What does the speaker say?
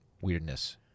weirdness